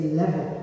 level